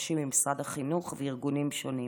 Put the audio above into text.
אנשים ממשרד החינוך וארגונים שונים.